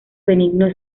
benigno